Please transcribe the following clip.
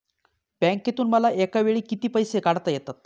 बँकेतून मला एकावेळी किती पैसे काढता येतात?